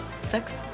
Six